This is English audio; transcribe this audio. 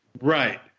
right